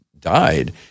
died